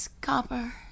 Copper